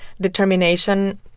determination